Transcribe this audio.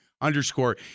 underscore